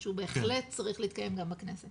שהוא בהחלט צריך להתקיים גם בכנסת.